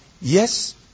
Yes